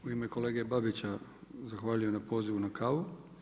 U ime kolege Babića, zahvaljujem na pozivu na kavu.